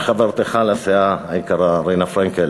שחברתך לסיעה, היקרה, רינה פרנקל,